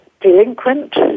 delinquent